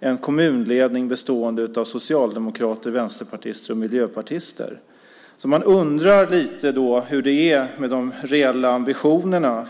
en kommunledning bestående av socialdemokrater, vänsterpartister och miljöpartister. Man undrar hur det är med de reella ambitionerna.